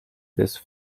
this